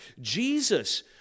Jesus